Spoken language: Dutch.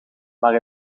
maar